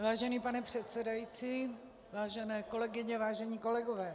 Vážený pane předsedající, vážené kolegyně, vážení kolegové.